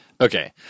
Okay